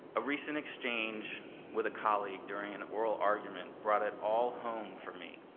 a recent exchange with a colleague during an oral argument brought it all home for me.